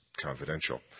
confidential